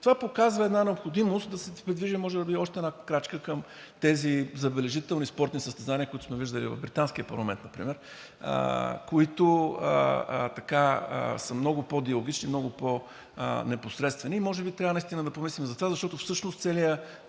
това показва необходимост да се придвижим може би още една крачка към тези забележителни спортни състезания, които сме виждали в Британския парламент, които са много по-диалогични и много по-непосредствени. Може би наистина трябва да помислим за това, защото всъщност целият